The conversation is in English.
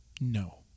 no